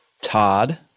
Todd